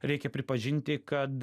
reikia pripažinti kad